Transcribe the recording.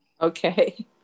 Okay